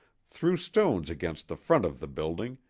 threw stones against the front of the building,